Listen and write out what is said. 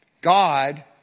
God